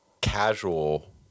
casual